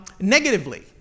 negatively